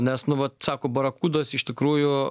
nes nu vat sako barakudos iš tikrųjų